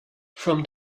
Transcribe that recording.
from